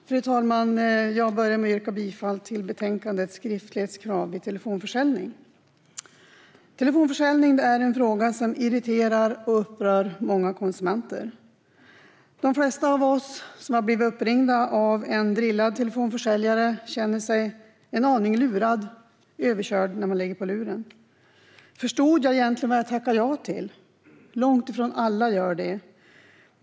Fru talman! Jag börjar med att yrka bifall till förslaget i betänkandet Skriftlighetskrav vid telefonförsäljning . Telefonförsäljning är något som irriterar och upprör många konsumenter. De flesta som har blivit uppringda av en drillad telefonförsäljare känner sig en aning lurade och överkörda när de lägger på luren. Förstod jag egentligen vad jag tackade ja till? Långt ifrån alla gör det.